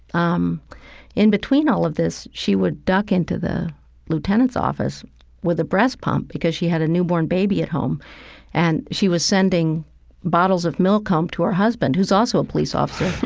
um in between all of this, she would duck into the lieutenant's office with a breast pump, because she had a newborn baby at home and she was sending bottles of milk home um to her husband, who's also a police officer,